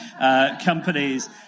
companies